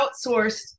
outsourced